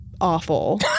awful